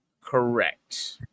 correct